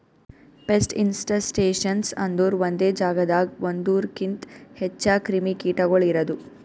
pest infestations ಅಂದುರ್ ಒಂದೆ ಜಾಗದಾಗ್ ಒಂದೂರುಕಿಂತ್ ಹೆಚ್ಚ ಕ್ರಿಮಿ ಕೀಟಗೊಳ್ ಇರದು